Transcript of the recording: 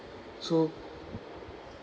so